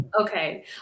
Okay